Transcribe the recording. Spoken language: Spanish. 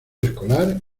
escolar